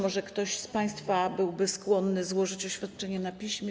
Może ktoś z państwa byłby skłonny złożyć oświadczenie na piśmie.